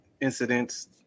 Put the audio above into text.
incidents